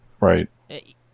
Right